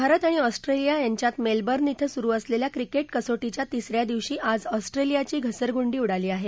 भारत आणि ऑस्ट्रेलिया यांच्यात मेलवर्न ििं सुरु असलेल्या क्रिकेट कसोटीच्या तिस या दिवशी आज ऑस्ट्रेलियाची घसरगूंडी उडाली आहे